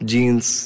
Jeans